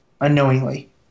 Unknowingly